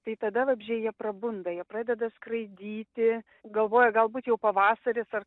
tai tada vabzdžiai jie prabunda jie pradeda skraidyti galvoja galbūt jau pavasaris ar